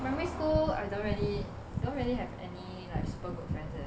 primary school I don't really don't really have any like super good friends leh